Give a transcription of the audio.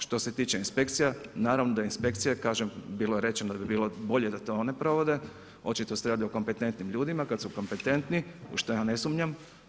Što se tiče inspekcija, naravno da inspekcija, kažem bilo je rečeno da bi bilo bolje da to one provode, očito se radi o kompetentnim ljudima, kada su kompetentni u što ja ne sumnjam.